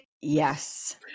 Yes